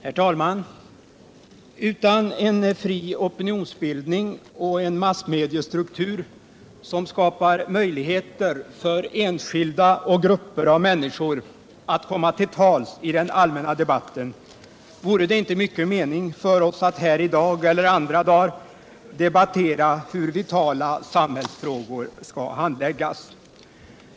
Herr talman! Utan en fri opinionsbildning och en massmediestruktur som skapar möjligheter för enskilda och grupper av människor att komma till tals i den allmänna debatten vore det inte mycket mening för oss att här i dag eller andra dagar debattera hur vitala samhällsfrågor skall handläggas.